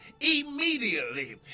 immediately